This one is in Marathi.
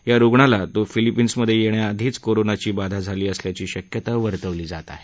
या रुग्णाला तो फिलिपीन्समध्ये येण्याआधीच कोरोनाची बाधा झाली असल्याची शक्यता वर्तवली जात आहे